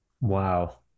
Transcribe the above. wow